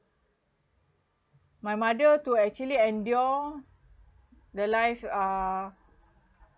my mother to actually endure the life uh